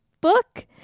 book